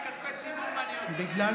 רק כספי ציבור מעניין אותי.